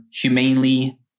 humanely